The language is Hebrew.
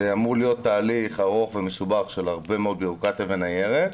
זה אמור להיות תהליך ארוך ומסובך של הרבה מאוד בירוקרטיה וניירת